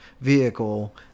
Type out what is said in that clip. vehicle